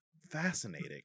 fascinating